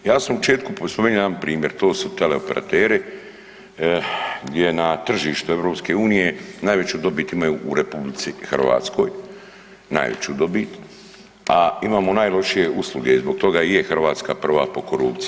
Ja sam u početku spominjao jedan primjer, to su teleoperateri gdje na tržištu EU najveću dobit imaju u RH, najveću dobit, a imamo najlošije usluge i zbog toga i je Hrvatska prva po korupciji.